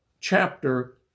chapter